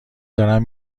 دارن